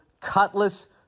Cutlass